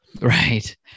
right